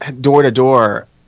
door-to-door